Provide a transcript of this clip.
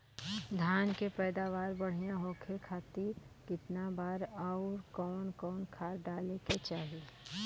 धान के पैदावार बढ़िया होखे खाती कितना बार अउर कवन कवन खाद डाले के चाही?